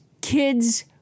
kids